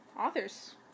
authors